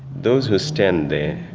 those who stand there,